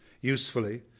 usefully